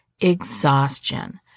exhaustion